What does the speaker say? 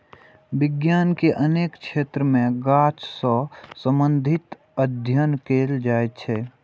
विज्ञान के अनेक क्षेत्र मे गाछ सं संबंधित अध्ययन कैल जाइ छै